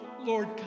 Lord